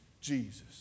Jesus